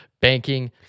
banking